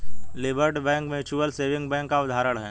liberty Bank Mutual Saving Bank का उदाहरण है